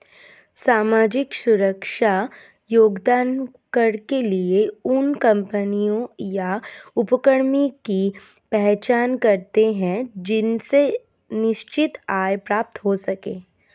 सामाजिक सुरक्षा योगदान कर के लिए उन कम्पनियों या उपक्रमों की पहचान करते हैं जिनसे निश्चित आय प्राप्त हो सके